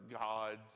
gods